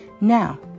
Now